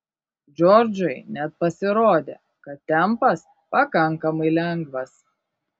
džordžui net pasirodė kad tempas pakankamai lengvas